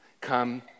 come